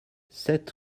sept